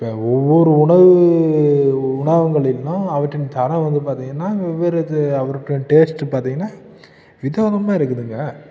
இப்போ ஒவ்வொரு உணவு உணவகங்களிலும் அவற்றின் தரம் வந்து பார்த்திங்கன்னா வெவ்வேறு இது அவற்றின் டேஸ்டு பார்த்திங்கன்னா வித விதமாக இருக்குதுங்க